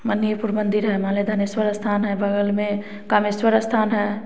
मनिपुर मंदिर है मनेधानेश्वर स्थान है बगल में कामेश्वर स्थान है